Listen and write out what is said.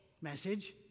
message